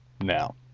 now